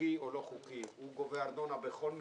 חוקי או לא חוקי אלא היא גובה ארנונה בכל מקרה.